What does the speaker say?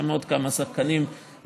יש שם עוד כמה שחקנים "נחמדים",